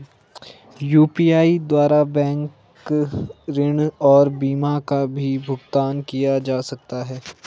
UPI द्वारा bank ऋण और बीमा का भी भुगतान किया जा सकता है?